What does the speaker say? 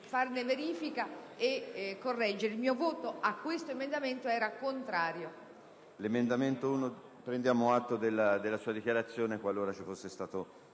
il mio voto su quell'emendamento era contrario.